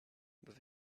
with